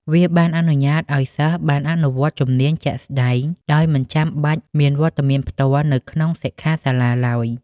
វាបានអនុញ្ញាតឱ្យសិស្សបានអនុវត្តជំនាញជាក់ស្តែងដោយមិនចាំបាច់មានវត្តមានផ្ទាល់នៅក្នុងសិក្ខាសាលាឡើយ។